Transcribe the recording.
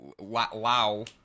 WoW